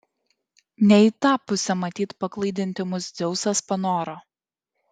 ne į tą pusę matyt paklaidinti mus dzeusas panoro